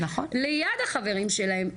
ליד החברים שלהם,